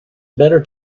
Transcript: better